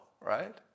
right